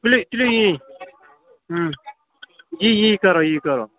تُلِو تُلِو یی یی یی کَرو یی کَرو